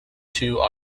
two